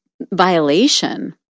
violation